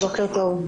בוקר טוב.